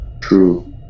True